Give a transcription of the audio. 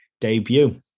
debut